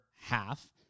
half